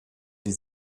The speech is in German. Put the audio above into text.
die